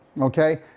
okay